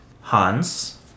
Hans